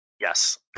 Yes